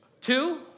Two